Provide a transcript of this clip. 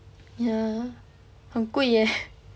ya 很贵 eh